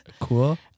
Cool